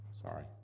Sorry